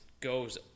goes